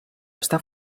està